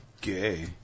Gay